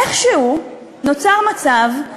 איכשהו נוצר מצב,